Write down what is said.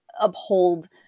uphold